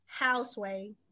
Houseway